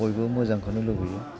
बयबो मोजांखोनो लुबैयो